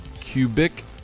Cubic